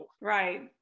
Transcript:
right